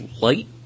light